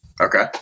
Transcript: Okay